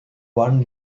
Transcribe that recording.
one